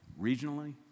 regionally